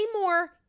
more